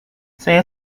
saya